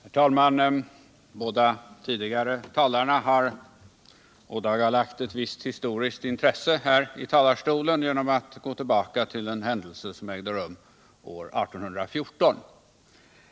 Herr talman! De båda tidigare talarna har här i talarstolen ådagalagt ett visst historiskt intresse genom att gå tillbaka till en händelse som ägde rum år 1814.